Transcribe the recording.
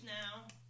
now